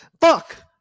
fuck